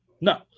No